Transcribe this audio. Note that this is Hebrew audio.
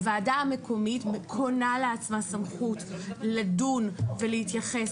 הוועדה המקומית קונה לעצמה סמכות לדון ולהתייחס,